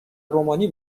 رومانی